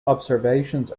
observations